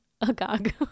agog